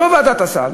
אותה ועדת הסל